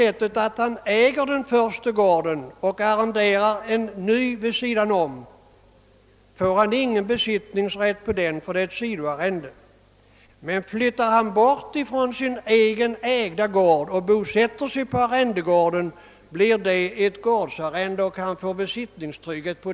Äger han den första gården och arrenderar en ny vid sidan om får han ingen besittningsrätt på denna eftersom det är ett sidoarrende. Men flyttar han bort från sin egen gård och bosätter sig på arrendegården blir det ett gårdsarrende och han får besittningstrygghet.